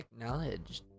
Acknowledged